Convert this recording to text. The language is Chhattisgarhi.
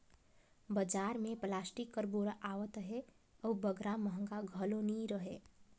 बजार मे पलास्टिक कर बोरा आवत अहे अउ बगरा महगा घलो नी रहें